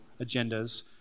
agendas